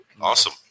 Awesome